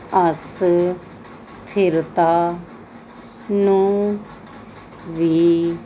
ਅਸਥਿਰਤਾ ਨੂੰ ਵੀ